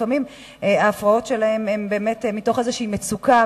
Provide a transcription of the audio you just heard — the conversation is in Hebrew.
שלפעמים ההפרעות שלהם הן מתוך איזושהי מצוקה,